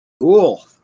cool